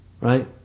right